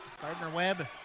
Gardner-Webb